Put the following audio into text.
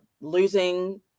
losing